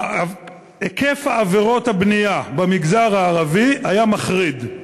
היקף עבירות הבנייה במגזר הערבי היה מחריד.